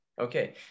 Okay